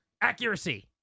Accuracy